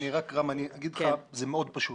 רם, אני אומר לך, זה מאוד פשוט.